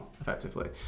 effectively